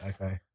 okay